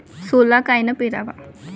सोला कायनं पेराव?